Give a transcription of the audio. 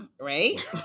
right